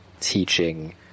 teaching